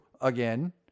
again